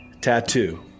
tattoo